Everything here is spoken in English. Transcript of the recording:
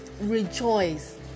rejoice